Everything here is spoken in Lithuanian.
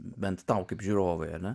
bent tau kaip žiūrovui ar ne